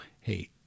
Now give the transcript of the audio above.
Hey